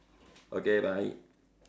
okay bye